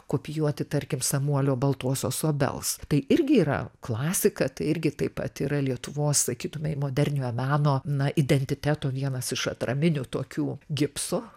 kopijuoti tarkim samuolio baltosios obels tai irgi yra klasika tai irgi taip pat yra lietuvos sakytumei moderniojo meno na identiteto vienas iš atraminių tokių gipso